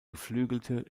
geflügelte